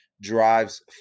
drives